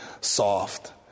soft